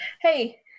Hey